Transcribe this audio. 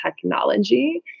technology